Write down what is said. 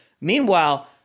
Meanwhile